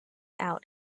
out